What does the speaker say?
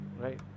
right